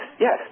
yes